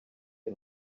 and